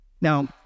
Now